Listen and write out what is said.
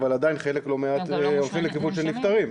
אבל עדיין חלק לא מועט הולכים לכיוון של נפטרים.